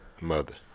mother